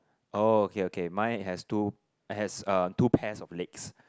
oh okay okay mine has two has uh two pairs of legs